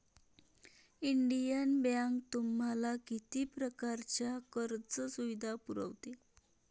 Indian bank तुम्हाला किती प्रकारच्या कर्ज सुविधा पुरवते?